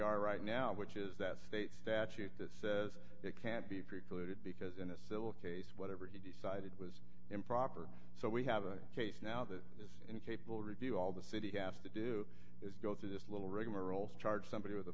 are right now which is that state statute that says it can't be precluded because in a civil case whatever he decided was improper so we have a case now that is incapable review all the city has to do is go through this little rigmarole charge somebody with a